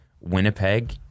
winnipeg